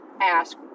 ask